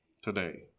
today